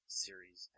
series